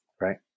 right